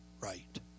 Right